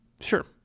Sure